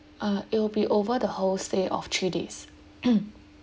uh it will be over the whole stay of three days